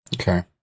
Okay